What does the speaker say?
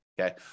okay